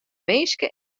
minske